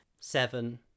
Seven